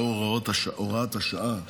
לאור הוראת השעה,